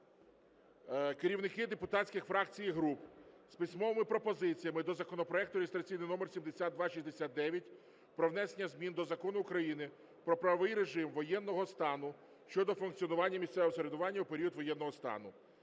керівники депутатських фракцій і груп з письмовими пропозиціями до законопроекту (реєстраційний номер 7269) про внесення змін до Закону України "Про правовий режим воєнного стану" щодо функціонування місцевого самоврядування у період воєнного стану.